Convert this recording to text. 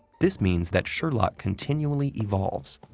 this means that sherlock continually evolves,